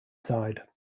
side